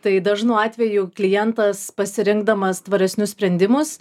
tai dažnu atveju klientas pasirinkdamas tvaresnius sprendimus